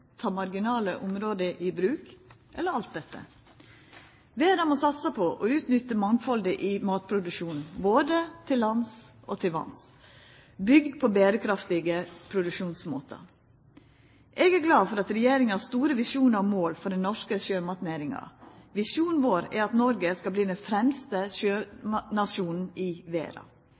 ta marginale område i bruk – eller alt dette? Verda må satsa på å utnytta mangfaldet i matproduksjonen, både på land og i vatn, bygd på berekraftige produksjonsmåtar. Eg er glad for at regjeringa har store visjonar og mål for den norske sjømatnæringa. Visjonen vår er at Noreg skal verta den fremste sjømatnasjonen i verda.